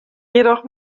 jedoch